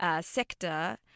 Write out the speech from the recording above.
sector